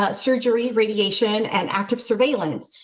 ah surgery, radiation, and active surveillance.